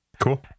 Cool